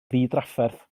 ddidrafferth